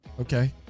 Okay